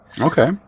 okay